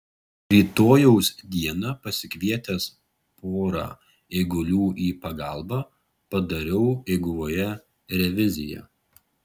rytojaus dieną pasikvietęs pora eigulių į pagalbą padariau eiguvoje reviziją